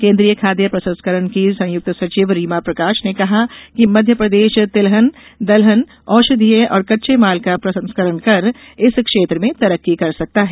केन्द्रीय खाद्य प्रसंस्करण की संयुक्त सचिव रीमा प्रकाश ने कहा कि मध्यप्रदेश तिलहन दलहन औषधीय और कच्चेमाल का प्रसंस्करण कर इस क्षेत्र में तरक्की कर सकता है